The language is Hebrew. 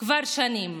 כבר שנים.